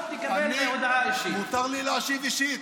להשיב אישית,